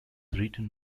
written